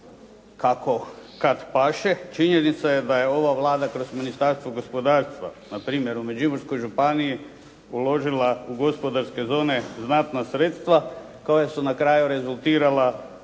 kako kada paše. Činjenica je da je ova Vlada kroz Ministarstvo gospodarstva, npr. u Međimurskoj županiji uložila u gospodarske zone znatna sredstva, koja su na kraju rezultirala sa